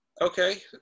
Okay